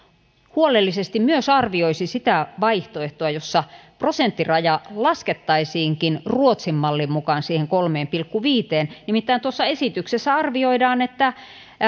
huolellisesti myös arvioisi sitä vaihtoehtoa jossa prosenttiraja laskettaisiinkin ruotsin mallin mukaan siihen kolmeen pilkku viiteen nimittäin tuossa esityksessä arvioidaan että